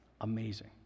Amazing